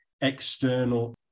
external